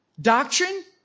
doctrine